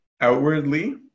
outwardly